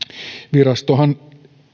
virastohan